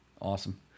Awesome